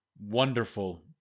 wonderful